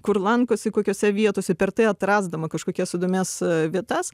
kur lankosi kokiose vietose per tai atrasdama kažkokias įdomias vietas